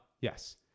yes